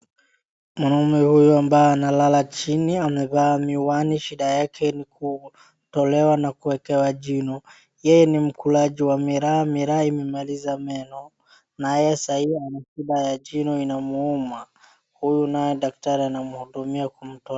Mwanaume huyu ambaye analala chini amevaa miwani shida yake ni kutolewa na kuekewa jino. Yeye ni mkulaji wa miraa. Miraa imemaliza meno, na yeye saa hii ana tiba ya jino inamuuma. Huyu naye daktari anamhudumia kumtoa.